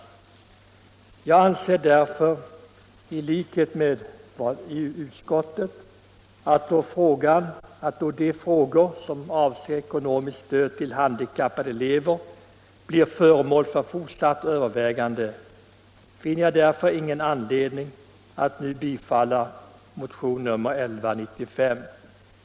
Eftersom de frågor som avser ekonomiskt stöd till handikappade elever blir föremål för fortsatta överväganden, anser jag i likhet med utskottet att anledning inte finns att bifalla motionen 1195.